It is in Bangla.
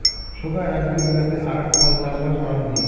সোগায় রাজ্য গিলাতে আরাক ফল চাষবাস করাং হই